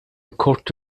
kort